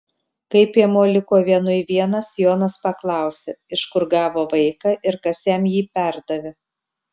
kai piemuo liko vienui vienas jonas paklausė iš kur gavo vaiką ir kas jam jį perdavė